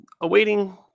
awaiting